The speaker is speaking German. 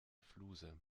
fluse